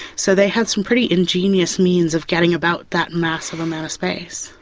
so they had some pretty ingenious means of getting about that massive amount of space.